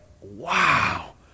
wow